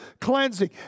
cleansing